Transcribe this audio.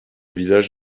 village